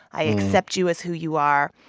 i accept you as who you are.